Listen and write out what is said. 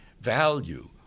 value